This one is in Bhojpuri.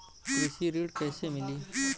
कृषि ऋण कैसे मिली?